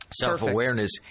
Self-awareness